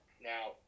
Now